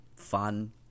fun